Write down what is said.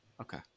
Okay